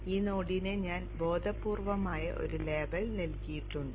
ഈ നോഡിന് ഞാൻ ബോധപൂർവമായ ഒരു ലേബൽ നൽകിയിട്ടുണ്ട്